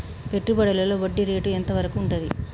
పెట్టుబడులలో వడ్డీ రేటు ఎంత వరకు ఉంటది?